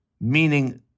meaning